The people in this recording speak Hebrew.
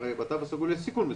הרי בתו הסגול יש סיכון מסוים.